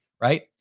Right